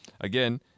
again